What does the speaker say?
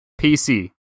pc